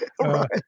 Right